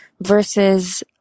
versus